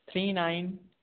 three nine